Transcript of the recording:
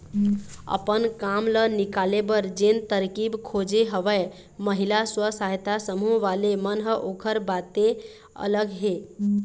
अपन काम ल निकाले बर जेन तरकीब खोजे हवय महिला स्व सहायता समूह वाले मन ह ओखर बाते अलग हे